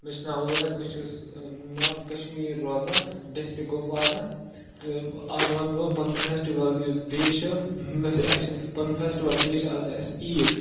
مےٚ چھِ ناو اُویس بہٕ چھُس نارٕتھ کَشمیٖر روزان ڈِسٹِرٛک کُپوارہ تہٕ آز وَنہٕ بہٕ پَنُن فٮ۪سٹِوَل یُس ڈے چھُ مےٚ چھِ اَسہِ چھِ پَنُن فٮ۪سٹِوَل ڈے چھِ آسان اَسہِ عیٖد